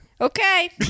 Okay